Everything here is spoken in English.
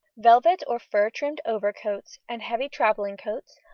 velvet or fur-trimmed overcoats, and heavy travelling-coats,